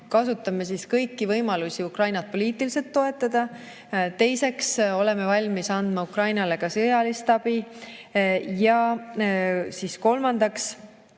kasutame kõiki võimalusi Ukrainat poliitiliselt toetada. Teiseks, oleme valmis andma Ukrainale ka sõjalist abi. Ja kolmandaks,